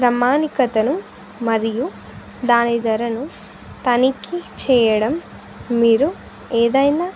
ప్రమాణికతను మరియు దాని ధరను తనిఖి చేయడం మీరు ఏదైనా